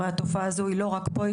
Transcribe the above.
הרי התופעה הזו היא לא רק פה,